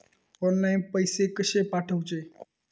Online पैसे कशे पाठवचे?